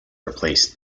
replaced